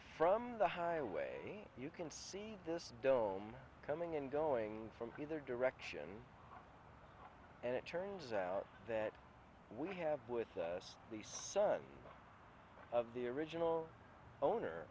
from the highway you can see this dome coming and going from either direction and it turns out that we have with us the son of the original owner